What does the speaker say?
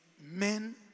men